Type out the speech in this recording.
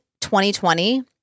2020